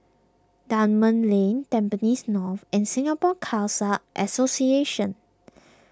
Dunman Lane Tampines North and Singapore Khalsa Association